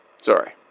Sorry